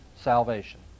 salvation